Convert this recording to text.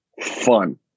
fun